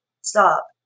Stop